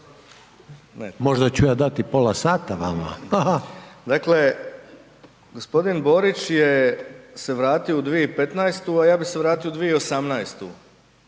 Možda ću ja dati pola sata vama./… Dakle, g. Borić se vratio u 2015. a ja bi se vratio u 2018.